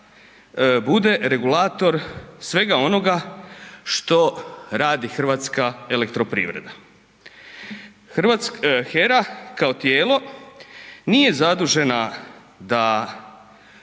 bude regulator svega onoga što radi HEP. HERA kao tijelo nije zadužena da